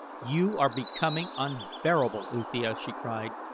you are becoming unbearable, uthia, she cried.